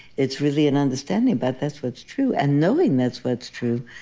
it's really an understanding, but that's what's true. and knowing that's what's true,